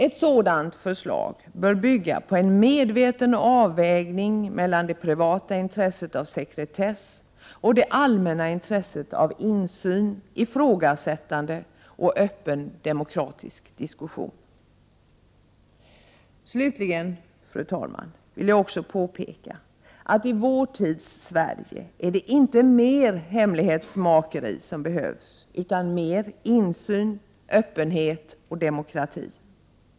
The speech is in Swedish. Ett sådant förslag bör bygga på en medveten avvägning mellan det privata intresset av sekretess och det allmänna intresset av insyn, ifrågasättande och öppen demokratisk diskussion. Slutligen, fru talman, vill jag också påpeka att i vår tids Sverige är det inte mer hemlighetsmakeri som behövs, utan mer insyn, öppenhet och demokrati.